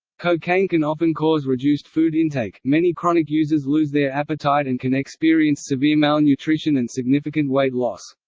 cocaine can often cause reduced food intake, many chronic users lose their appetite and can experience severe malnutrition and significant weight loss.